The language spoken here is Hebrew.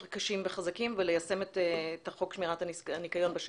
קשים וחזקים וליישם את חוק שמירת הניקיון בשטח.